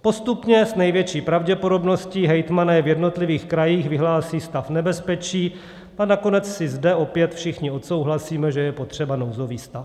Postupně s největší pravděpodobností hejtmani v jednotlivých krajích vyhlásí stav nebezpečí a nakonec si zde opět všichni odsouhlasíme, že je potřeba nouzový stav.